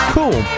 Cool